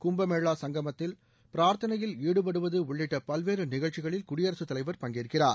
கும்பமேளா சங்கத்தில் பிரார்த்தனையில் ஈடுபடுவது உள்ளிட்ட பல்வேறு நிகழ்ச்சிகளில் குடியரசுத்தலைவர் பங்கேற்கிறார்